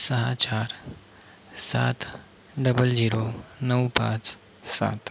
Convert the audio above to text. सहा चार सात डबल झिरो नऊ पाच सात